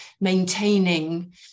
maintaining